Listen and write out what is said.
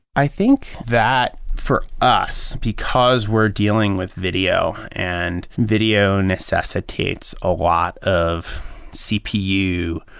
i think that, for us, because we're dealing with video, and video necessitates a lot of cpu,